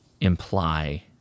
Imply